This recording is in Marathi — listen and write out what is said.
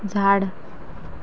झाड